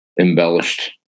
embellished